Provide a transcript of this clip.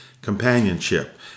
companionship